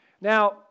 Now